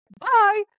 Bye